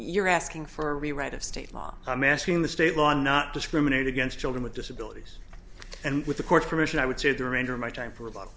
you're asking for a rewrite of state law i'm asking the state law not discriminate against children with disabilities and with the court's permission i would say the remainder of my time for a bo